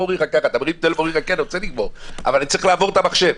פה אתה מרים טלפון וצריך לעבור את המחשב,